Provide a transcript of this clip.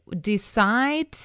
decide